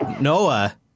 Noah